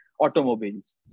automobiles